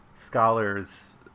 scholars